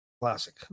classic